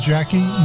Jackie